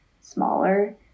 smaller